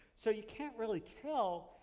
so you can't really tell,